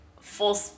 full